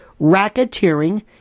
racketeering